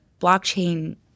blockchain